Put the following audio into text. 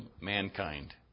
mankind